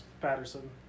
Patterson